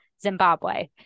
Zimbabwe